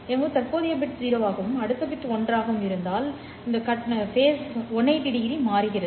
எனது தற்போதைய பிட் 0 ஆகவும் அடுத்த பிட் 1 ஆகவும் இருந்தால் 1800கட்டத்தின் மாற்றம் உள்ளது